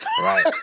Right